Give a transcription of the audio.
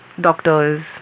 doctors